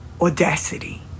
audacity